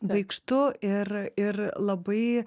baikštu ir ir labai